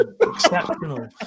exceptional